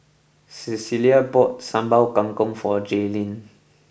Clella bought Sambal Kangkong for Jailyn